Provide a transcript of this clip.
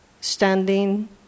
standing